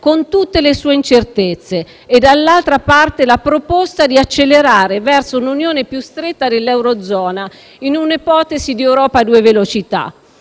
con tutte le sue incertezze, dall'altra parte la proposta di accelerare verso un'Unione più stretta dell'Eurozona in un'ipotesi di Europa a due velocità.